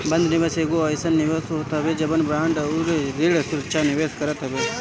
बंध निवेश एगो अइसन निवेश होत हवे जवन बांड अउरी ऋण सुरक्षा में निवेश करत हवे